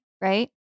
Right